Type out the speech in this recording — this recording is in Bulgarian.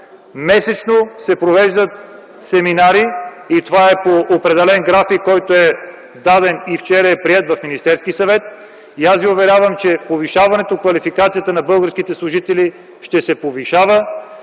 Месечно се провеждат семинари. Това е по определен график, който е даден и вчера е приет от Министерския съвет. Аз ви уверявам, че квалификацията на българските служители ще се повишава.